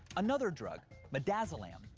another drug, midazolam,